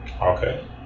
Okay